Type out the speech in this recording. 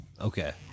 okay